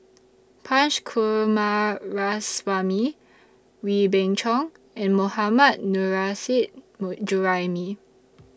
Punch Coomaraswamy Wee Beng Chong and Mohammad Nurrasyid More Juraimi